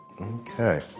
Okay